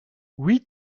oui